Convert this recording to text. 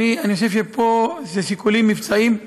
אני חושב שפה אלה שיקולים מבצעיים,